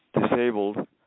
disabled